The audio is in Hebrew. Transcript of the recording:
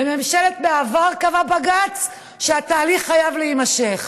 בממשלת מעבר, קבע בג"ץ, התהליך חייב להימשך.